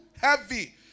heavy